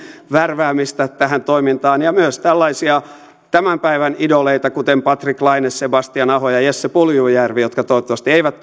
värväämistään tähän toimintaan ja toivottavasti myös tällaiset tämän päivän idolit kuin patrik laine sebastian aho ja jesse puljujärvi jotka toivottavasti eivät